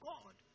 God